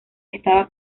estaba